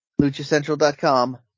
LuchaCentral.com